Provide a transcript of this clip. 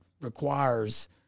requires